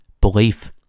belief